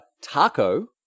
Taco